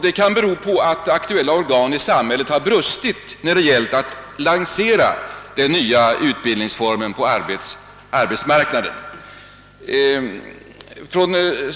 Detta kan bero på att aktuella organ i samhället har brustit när det gällt att lansera den nya utbildningsformen på arbetsmarknaden.